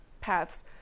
paths